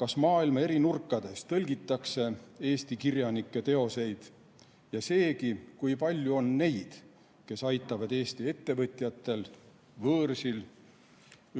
kas maailma eri nurkades tõlgitakse Eesti kirjanike teoseid, ja seegi, kui palju on neid, kes aitavad Eesti ettevõtjatel võõrsil